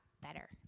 better